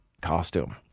costume